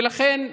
ולכן,